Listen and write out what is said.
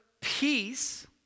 peace